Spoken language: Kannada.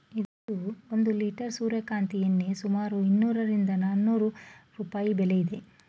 ಇಂದು ಒಂದು ಲಿಟರ್ ಸೂರ್ಯಕಾಂತಿ ಎಣ್ಣೆ ಸುಮಾರು ಇನ್ನೂರರಿಂದ ನಾಲ್ಕುನೂರು ರೂಪಾಯಿ ಬೆಲೆ ಇದೆ